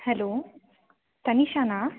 hello ತನಿಷನಾ